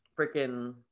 freaking